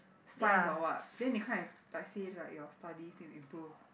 science or what then they come like say like your study needs to improve